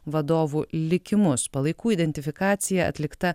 vadovų likimus palaikų identifikacija atlikta